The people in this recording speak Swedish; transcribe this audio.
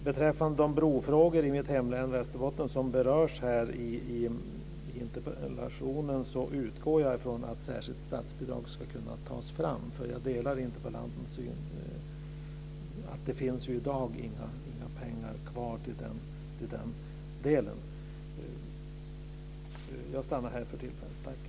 Beträffande de broar i mitt hemlän Västerbotten som berörs i interpellationen utgår jag från att ett särskilt statsbidrag ska kunna tas fram. Jag delar interpellantens syn att det i dag inte finns några pengar kvar till den delen. Jag stannar här för tillfället.